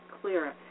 clearer